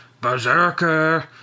Berserker